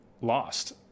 lost